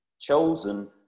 chosen